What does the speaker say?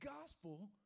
gospel